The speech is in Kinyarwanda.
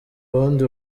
ubundi